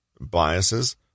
biases